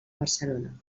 barcelona